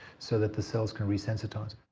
so that the cells can resensitise.